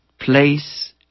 place